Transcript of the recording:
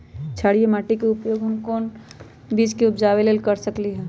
क्षारिये माटी के उपयोग हम कोन बीज के उपजाबे के लेल कर सकली ह?